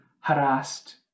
harassed